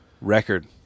record